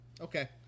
Okay